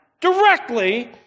directly